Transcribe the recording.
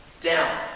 down